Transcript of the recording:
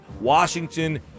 Washington